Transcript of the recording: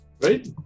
Right